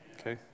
Okay